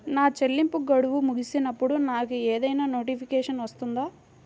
నా చెల్లింపు గడువు ముగిసినప్పుడు నాకు ఏదైనా నోటిఫికేషన్ వస్తుందా?